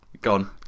Gone